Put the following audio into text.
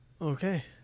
Okay